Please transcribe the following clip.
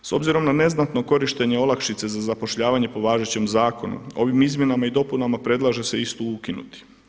S obzirom na neznatno korištenje olakšice za zapošljavanje po važećem zakonu ovim izmjenama i dopunama predlaže se istu ukinuti.